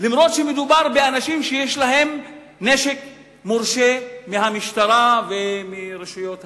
אפילו שמדובר באנשים שיש להם נשק מורשה מהמשטרה ומרשויות המדינה.